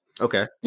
Okay